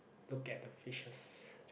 look at the fishes